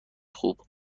خوب